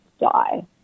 die